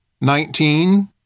Nineteen